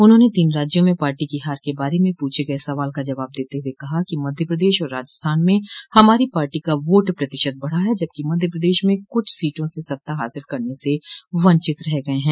उन्होंने तीन राज्यों में पार्टी की हार के बारे में पूछे गये सवाल का जवाब देते हुए कहा कि मध्य प्रदेश और राजस्थान में हमारी पार्टी का वोट प्रतिशत बढ़ा है जबकि मध्य प्रदेश में कुछ सीटों से सत्ता हासिल करने से वंचित रह गये हैं